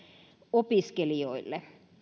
opiskelijoille